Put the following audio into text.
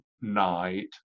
night